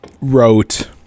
wrote